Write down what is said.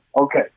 Okay